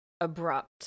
abrupt